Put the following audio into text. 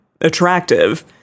attractive